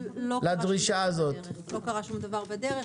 לא קרה שום דבר בדרך,